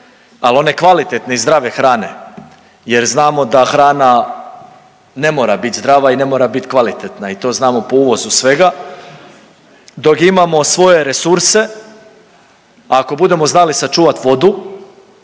ali one kvalitetne i zdrave hrane jer znamo da hrana ne mora biti zdrava i ne mora biti kvalitetna i to znamo po uvozu svega, dok imamo svoje resurse, a ako budemo znali sačuvati vodu,